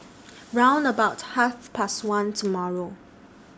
round about Half Past one tomorrow